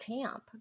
camp